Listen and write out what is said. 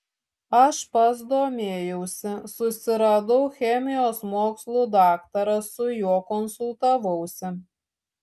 aš pats domėjausi susiradau chemijos mokslų daktarą su juo konsultavausi